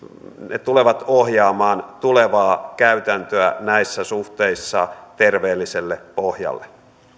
tulevat ohjaamaan tulevaa käytäntöä näissä suhteissa terveelliselle pohjalle